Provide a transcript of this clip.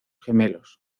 gemelos